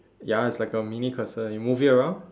ya it's like a mini cursor you move it around